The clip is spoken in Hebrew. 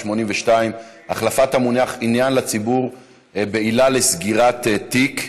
82) (החלפת המונח "עניין לציבור" בעילה לסגירת תיק),